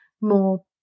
more